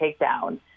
Takedown